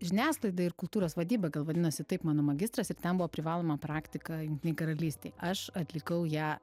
žiniasklaida ir kultūros vadyba gal vadinosi taip mano magistras ir ten buvo privaloma praktika jungtinei karalystei aš atlikau ją